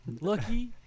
lucky